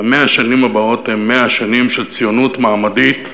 ו-100 השנים הבאות הן 100 שנים של ציונות מעמדית,